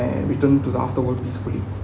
and returned to the afterward peacefully